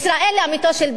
לאמיתו של דבר,